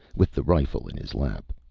with the rifle in his lap.